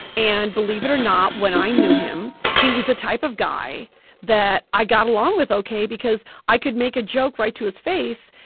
and believe it or not, when i knew him, he was the type of guy that i got along with ok because i could make a joke right to his face,